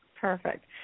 Perfect